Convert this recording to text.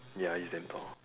ya he's damn tall